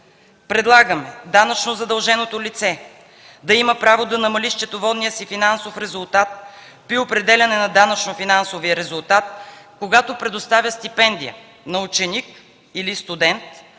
предлагаме данъчно задълженото лице да има право да намали счетоводния си финансов ресурс при определяне на данъчно-финансовия резултат, когато предоставя стипендия на ученик или студент